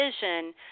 vision